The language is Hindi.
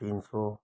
तीन सौ